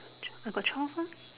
twelve I got twelve meh